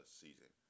season